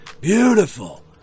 Beautiful